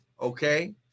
Okay